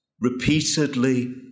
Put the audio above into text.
repeatedly